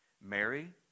Mary